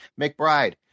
McBride